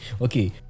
Okay